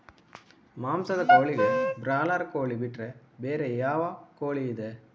ಮಾಂಸದ ಕೋಳಿಗೆ ಬ್ರಾಲರ್ ಕೋಳಿ ಬಿಟ್ರೆ ಬೇರೆ ಯಾವ ಕೋಳಿಯಿದೆ?